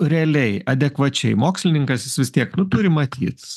realiai adekvačiai mokslininkas jis vis tiek turi matyt